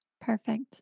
Perfect